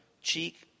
cheek